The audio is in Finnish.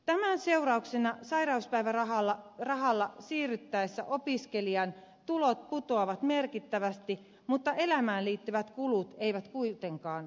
tämän seurauksena sairauspäivärahalle siirryttäessä opiskelijan tulot putoavat merkittävästi mutta elämään liittyvät kulut eivät kuitenkaan putoa